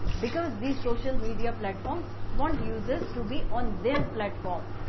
because these social media platforms want users to be on their platform.